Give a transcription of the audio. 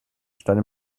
stand